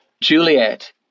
Juliet